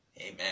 Amen